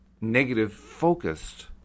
negative-focused